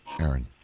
Aaron